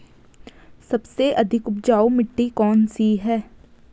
सबसे अधिक उपजाऊ मिट्टी कौन सी है?